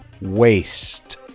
waste